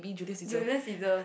do you realize it's the